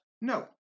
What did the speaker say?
No